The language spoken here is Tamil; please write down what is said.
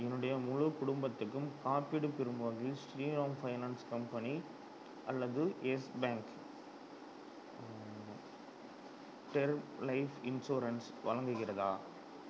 என்னுடைய முழு குடும்பத்துக்கும் காப்பீடு பெறும் வகையில் ஸ்ரீராம் ஃபைனான்ஸ் கம்பெனி அல்லது Yes Bank term life insurance வழங்குகிறதா